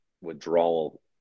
withdrawal